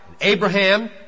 Abraham